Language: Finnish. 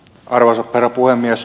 arvoisa herra puhemies